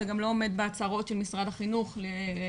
זה גם לא עומד בהצהרות של משרד החינוך לגבי